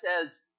says